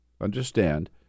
understand